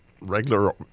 regular